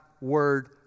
word